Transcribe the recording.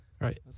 Right